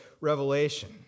Revelation